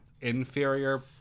inferior